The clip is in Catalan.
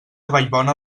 vallbona